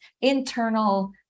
internal